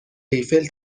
ایفل